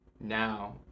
now